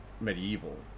medieval